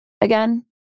again